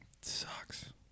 Sucks